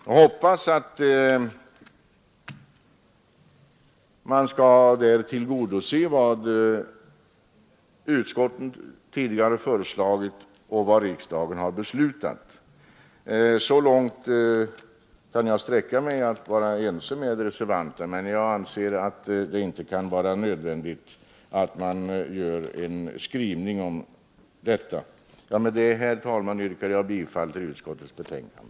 Jag hoppas att vad utskottet tidigare har föreslagit och vad riksdagen har beslutat skall tillgodoses — så långt kan jag sträcka mig i enighet med reservanterna men jag anser det inte nödvändigt att göra en skrivning om detta. Med detta, herr talman, yrkar jag bifall till utskottets hemställan.